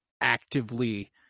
actively